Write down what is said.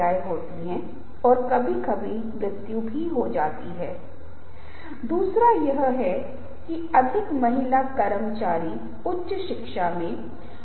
तो आप देखते हैं कि दो घटक में से एक महत्व है ज्ञान दूसरा है एक क्षमा करें पहुँच यहाँ पर जुड़े हुए हैं